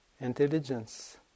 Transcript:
intelligence